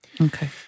okay